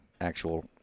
actual